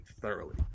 thoroughly